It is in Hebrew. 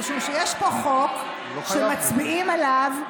משום שיש פה חוק שמצביעים עליו.